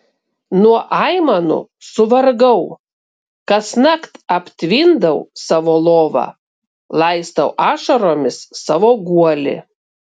nuo aimanų suvargau kasnakt aptvindau savo lovą laistau ašaromis savo guolį